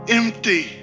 empty